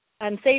unsafe